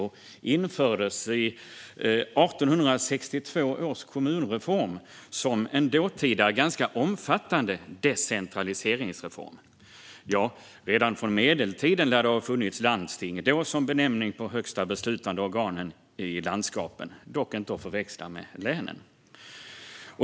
De infördes i 1862 års kommunreform som en dåtida, ganska omfattande decentraliseringsreform. Redan under medeltiden lär det ha funnits landsting, då som benämning på de högsta beslutande organen i landskapen - inte att förväxla med länen.